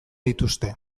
dituzte